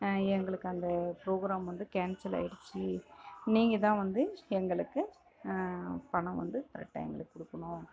எங்களுக்கு அந்த ப்ரோக்ராம் வந்து கேன்சல் ஆகிடுச்சி நீங்கள் தான் வந்து எங்களுக்கு பணம் வந்து கரெட்டாக எங்களுக்கு கொடுக்கணும்